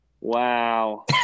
wow